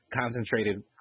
concentrated